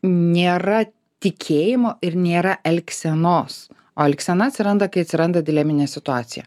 nėra tikėjimo ir nėra elgsenos o elgsena atsiranda kai atsiranda dileminė situacija